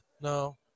No